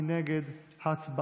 מי נגד?